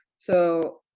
so,